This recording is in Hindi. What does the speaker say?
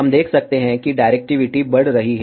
हम देख सकते हैं कि डायरेक्टिविटी बढ़ रही है